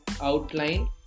outline